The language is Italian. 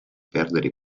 perdere